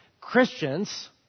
Christians